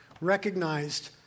recognized